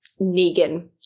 Negan